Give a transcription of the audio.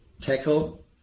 tackle